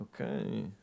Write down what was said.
Okay